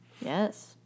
yes